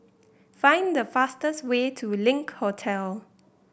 find the fastest way to Link Hotel